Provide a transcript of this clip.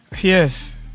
Yes